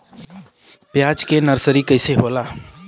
प्याज के नर्सरी कइसे होला?